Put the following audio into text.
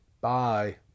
Bye